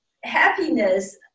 happiness